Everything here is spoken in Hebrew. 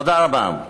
תודה רבה.